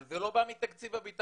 אבל זה לא בא מתקציב הביטחון.